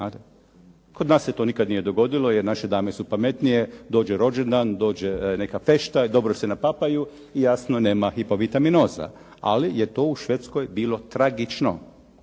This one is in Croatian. Kod nas se to nikad nije dogodilo jer naše dame su pametnije, dođe rođendan, dođe neka fešta, dobro se napapaju i jasno, nema hipovitaminoza, ali je to u Švedskoj bilo tragično.